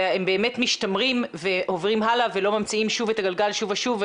באמת משתמרים ועוברים הלאה ולא ממציאים את הגלגל שוב ושוב,